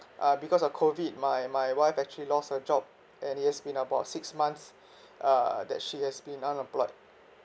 uh because of COVID my my wife actually lost her job and it has been about six months uh that she has been unemployed